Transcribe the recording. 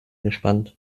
gespannt